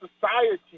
society